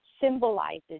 symbolizes